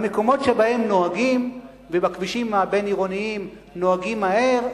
במקומות שבהם נוהגים ובכבישים הבין-עירוניים נוהגים מהר,